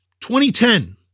2010